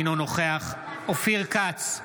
אינו נוכח אופיר כץ,